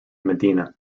medina